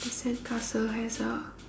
the sandcastle has a